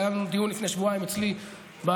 והיה לנו דיון לפני שבועיים אצלי בחדר,